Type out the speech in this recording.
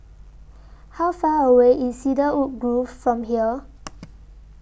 How Far away IS Cedarwood Grove from here